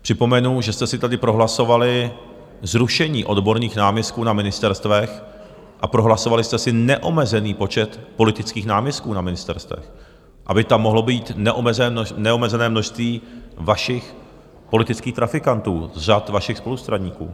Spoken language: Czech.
Připomenu, že jste si tady prohlasovali zrušení odborných náměstků na ministerstvech a prohlasovali jste si neomezený počet politických náměstků na ministerstvech, aby tam mohlo být neomezené množství vašich politických trafikantů z řad vašich spolustraníků.